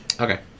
Okay